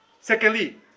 Secondly